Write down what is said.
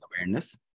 awareness